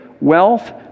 wealth